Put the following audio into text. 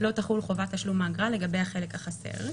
לא תחול חובת תשלום האגרה לגבי החלק החסר."